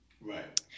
Right